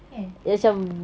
eh